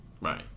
Right